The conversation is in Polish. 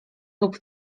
lub